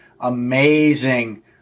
amazing